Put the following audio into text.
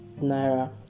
Naira